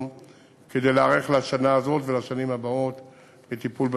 כדי להיערך לשנה הזו ולשנים הבאות בטיפול בדרכים.